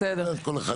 בסדר.